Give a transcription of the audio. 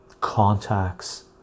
contacts